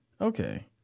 Okay